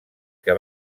que